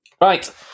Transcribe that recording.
Right